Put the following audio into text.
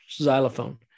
xylophone